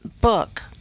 book